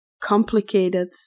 complicated